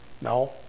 no